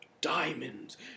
diamonds